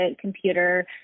computer